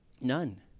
None